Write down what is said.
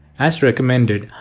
as recommended,